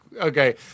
okay